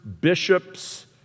bishops